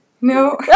No